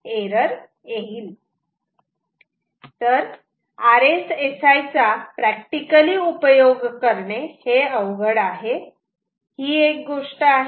तर RSSI चा practically उपयोग करणे हे अवघड आहे ही एक गोष्ट आहे